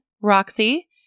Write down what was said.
Roxy